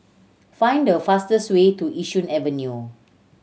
find the fastest way to Yishun Avenue